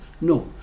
No